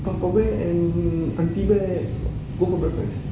papa bear and aunty bear go for breakfast